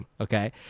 okay